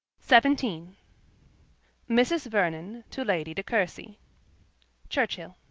xvii mrs. vernon to lady de courcy churchhill.